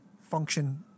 function